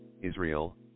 Israel